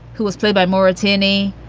who was played by maura tierney.